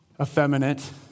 effeminate